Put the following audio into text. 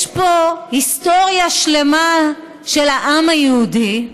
יש פה היסטוריה שלמה של העם היהודי,